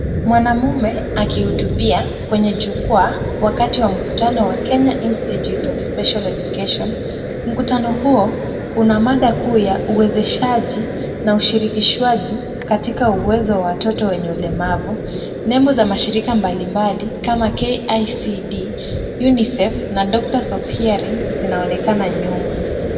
Mwanaume akihutubia kwenye jukwaa wakati wa mkutano wa Kenya Institute of Special Education. Mkutano huo una mada kuu ya uwezeshwaji na ushirikishwaji katika uwezo wa watoto wenye ulemavu. Nembo za mashirika mbalimbali kama KICD, UNICEF na Doctors of Hearing zinaonekana nyuma.